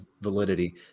validity